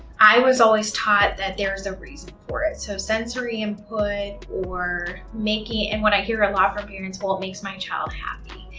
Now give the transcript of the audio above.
i was always taught that there's a reason for it. so, sensory input or making, and what i hear a lot from parents, well, it makes my child happy.